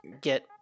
get